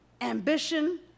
ambition